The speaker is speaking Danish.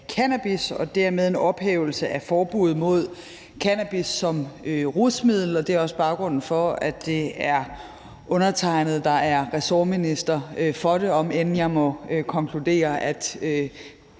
og dermed en ophævelse af forbud mod cannabis som rusmiddel. Og det er også baggrunden for, at det er undertegnede, der er ressortminister for det, om end jeg må konkludere, at